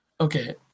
Okay